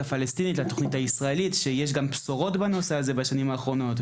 צריך להגיד שישנן בשורות של שינוי בנושא הזה בשנים האחרונות,